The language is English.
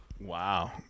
Wow